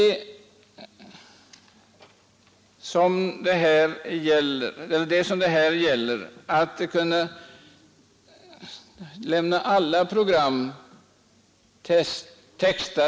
Det är emellertid för närvarande inte möjligt att texta alla program.